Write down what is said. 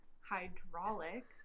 hydraulics